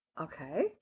Okay